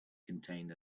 contained